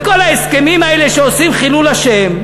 לכל ההסכמים האלה שעושים חילול השם,